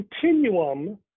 continuum